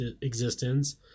existence